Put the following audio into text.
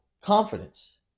confidence